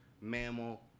mammal